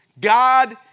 God